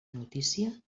notícia